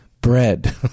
bread